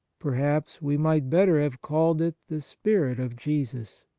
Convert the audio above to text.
perhaps we might better have called it the spirit of jesus.